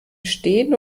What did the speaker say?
stehen